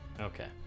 Okay